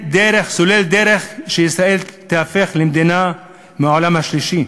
סולל דרך להפיכתה של ישראל למדינת עולם שלישי.